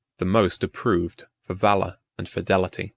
the most approved for valor and fidelity